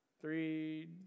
Three